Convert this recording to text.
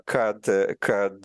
kad kad